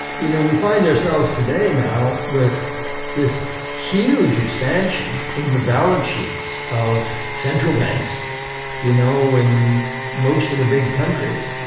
you know, we find ourselves today now with this huge expansion in the balance sheets of central banks you know in most of the big countries.